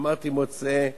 אמרתי: מוצאי צום,